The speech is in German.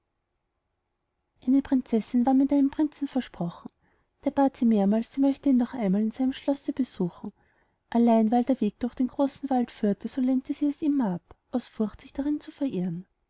eine prinzessin war mit einem prinzen versprochen der bat sie mehrmals sie möchte ihn doch einmal in seinem schloß besuchen allein weil der weg durch einen großen wald führte so lehnte sie es immer ab aus furcht sich darin zu verirren